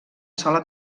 sola